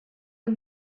the